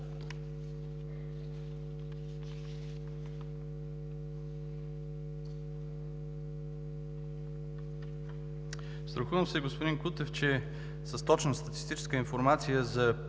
Страхувам се, господин Кутев, че с точност статистическа информация за